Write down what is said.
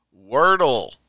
Wordle